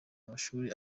amashuri